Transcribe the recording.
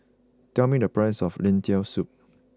tell me the price of Lentil Soup